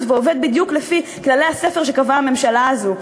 ועובד בדיוק לפי כללי הספר שקבעה הממשלה הזאת.